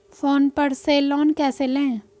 Phone पर से loan कैसे लें?